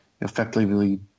effectively